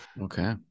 Okay